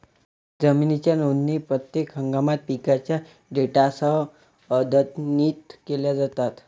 जमिनीच्या नोंदी प्रत्येक हंगामात पिकांच्या डेटासह अद्यतनित केल्या जातात